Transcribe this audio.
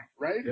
right